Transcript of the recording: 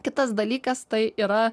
kitas dalykas tai yra